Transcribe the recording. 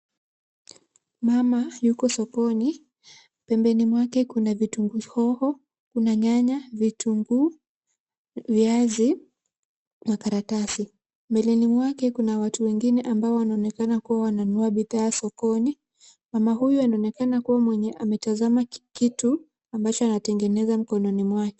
Mama yuko sokoni, pembeni mwake kuna vitunguu hoho. Kuna nyanya, vitunguu, viazi na karatasi. Mbeleni mwake kuna watu wengine ambao wanaonekana kuwa wananunua bidhaa sokoni. Mama huyu anaonekana kuwa mwenye ametazama kitu ambacho anatengeneza mkononi mwake.